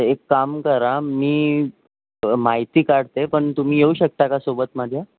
एक काम करा मी माहिती काढते पण तुम्ही येऊ शकता का सोबत माझ्या